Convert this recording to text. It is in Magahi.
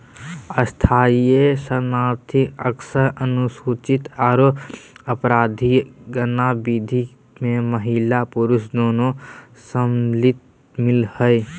स्थानीय शरणार्थी अक्सर अनुचित आरो अपराधिक गतिविधि में महिला पुरुष दोनों संलिप्त मिल हई